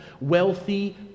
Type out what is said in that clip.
wealthy